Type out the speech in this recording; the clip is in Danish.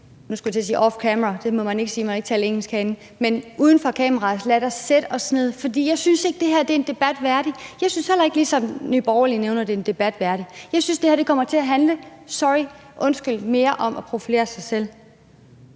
jeg til at sige off camera, men det må man ikke sige, for man må ikke tale engelsk herinde – uden for kameraet: Lad os sætte os ned sammen, for jeg synes ikke, det her er en debat værdigt. Jeg synes heller ikke, ligesom Nye Borgerlige siger, at det er en debat værdigt. Jeg synes, det her kommer til at handle, sorry, undskyld, mere om at profilere sig selv.